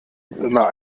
immer